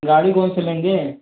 गाड़ी कौनसा लेंगे